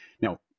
Now